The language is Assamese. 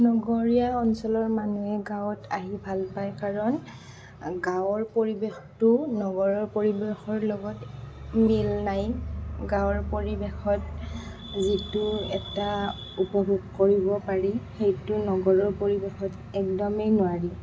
নগৰীয়া অঞ্চলৰ মানুহে গাঁৱত আহি ভাল পায় কাৰণ গাঁৱৰ পৰিৱেশটো নগৰৰ পৰিৱেশৰ লগত মিল নাই গাঁৱৰ পৰিৱেশত যিটো এটা উপভোগ কৰিব পাৰি সেইটো নগৰৰ পৰিৱেশত একদমেই নোৱাৰি